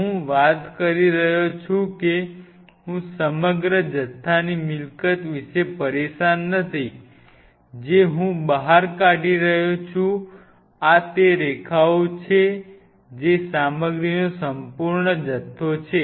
હું વાત કરી રહ્યો છું કે હું સમગ્ર જથ્થાની મિલકત વિશે પરેશાન નથી જે હું બહાર કાઢી રહ્યો છું આ તે રેખાઓ છે જે સામગ્રીનો સંપૂર્ણ જથ્થો છે